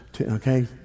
Okay